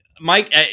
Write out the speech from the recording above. Mike